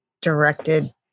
directed